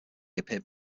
appeared